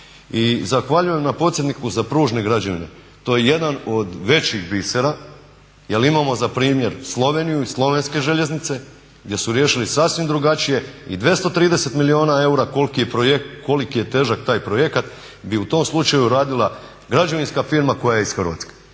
I zahvaljujem na podsjetniku za pružne građevine, to je jedan od većih bisera jel imamo za primjer Sloveniju i slovenske željeznice gdje su riješili sasvim drugačije i 230 milijuna eura koliko je težak taj projekt bi u tom slučaju radila građevinska firma koja je iz Hrvatske.